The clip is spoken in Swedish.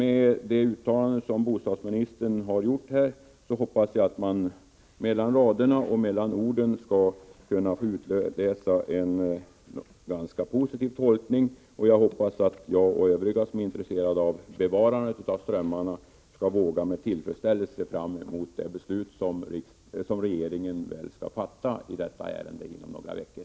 I det uttalande som bostadsministern har gjort kan man mellan raderna och mellan orden utläsa en ganska positiv inställning, och jag hoppas att jag och övriga som är intresserade av bevarandet av strömmarna skall våga med tillförsikt se fram emot det beslut som regeringen skall fatta i detta ärende om några veckor.